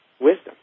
wisdom